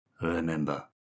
Remember